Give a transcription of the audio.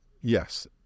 Yes